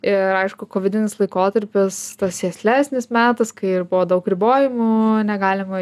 ir aišku kovidinis laikotarpis sėslesnis metas kai ir buvo daug ribojimų negalima